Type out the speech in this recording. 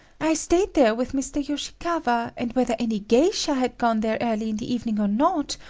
i stayed there with mr. yoshikawa, and whether any geisha had gone there early in the evening or not,